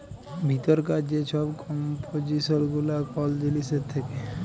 ভিতরকার যে ছব কম্পজিসল গুলা কল জিলিসের থ্যাকে